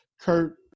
Kurt